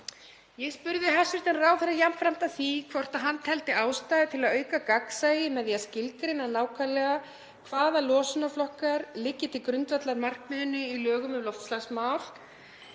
Ég spurði hæstv. ráðherra jafnframt að því hvort hann teldi ástæðu til að auka gagnsæi með því að skilgreina nákvæmlega hvaða losunarflokkar liggi til grundvallar markmiðinu í lögum um loftslagsmál